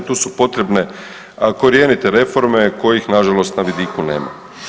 Tu su potrebne korijenite reforme kojih nažalost na vidiku nema.